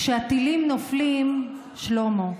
כשהטילים נופלים, שלמה,